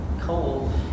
cold